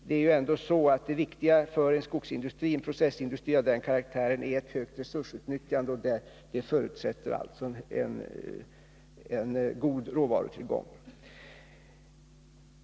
Det är ju ändå så att det viktiga för en processindustri av den här karaktären är ett högt resursutnyttjande, och det förutsätter alltså en god råvarutillgång.